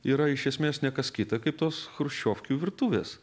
yra iš esmės ne kas kita kaip tos chruščiovkių virtuvės